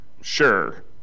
Sure